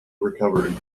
recovered